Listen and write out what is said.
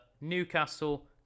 Newcastle